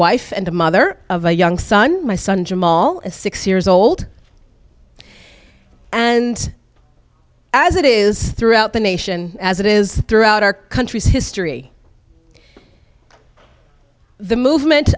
wife and a mother of a young son my son jim all six years old and as it is throughout the nation as it is throughout our country's history the movement